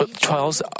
trials